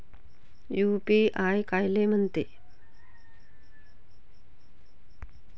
UPI कायले म्हनते?